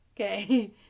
Okay